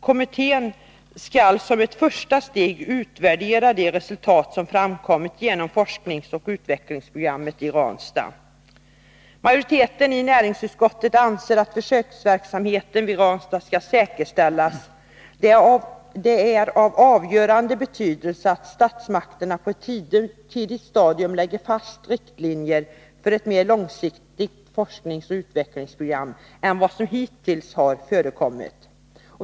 Kommittén skall som ett första steg utvärdera de resultat som framkommit genom forskningsoch utvecklingsprogrammet i Ranstad. Majoriteten i näringsutskottet anser att försöksverksamheten vid Ranstad skall säkerställas. Det är av avgörande betydelse att statsmakterna på ett tidigt stadium lägger fast riktlinjer för ett mer långsiktigt forskningsoch utvecklingsprogram än som hittills har förekommit.